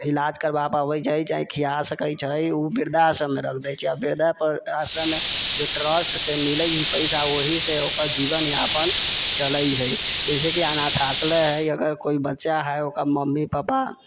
इलाज करबा पाबै छै चाहे खिआइ सकै छै उ वृद्धा आश्रममे रहल दै छै आओर वृद्धापर आश्रममे जे ट्रस्टसँ मिलै छै पैसा वहिसँ ओकर जीवन यापन चलै छै जैसे कि अनाथ आश्रय है अगर कोइ बच्चा है ओकर मम्मी पापा